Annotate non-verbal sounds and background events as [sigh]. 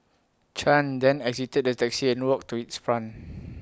chan then exited the taxi and walked to its front [noise]